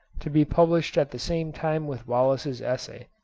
to be published at the same time with wallace's essay,